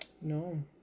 No